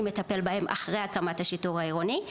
מטפל בהן אחרי הקמת השיטור העירוני,